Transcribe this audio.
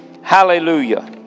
Hallelujah